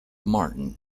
martin